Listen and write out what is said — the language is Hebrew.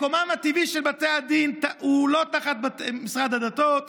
מקומם הטבעי של בתי הדין הוא לא תחת משרד הדתות,